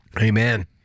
Amen